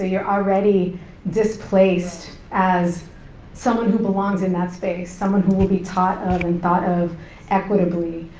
ah you're already displaced as someone who belongs in that space, someone who will be taught of and thought of equitably,